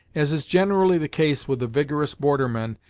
as is generally the case with the vigorous border men,